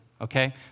okay